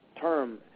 term